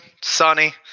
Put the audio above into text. sunny